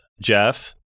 Jeff